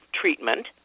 treatment